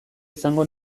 izango